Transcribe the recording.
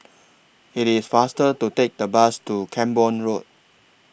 IT IS faster to Take The Bus to Camborne Road